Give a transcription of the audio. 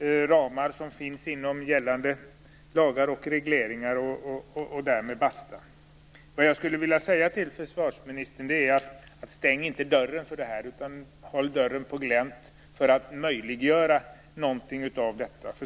ramar som finns inom gällande lagar och regleringar - och därmed basta. Vad jag skulle vilja säga till försvarsministern är: Stäng inte dörren här, utan håll den på glänt för att möjliggöra något av detta!